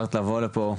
שבחרת לבוא לפה,